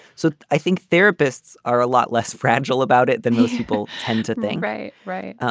so i think therapists are a lot less fragile about it than most people tend to think right. right.